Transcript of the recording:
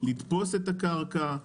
לתפוס את הקרקע,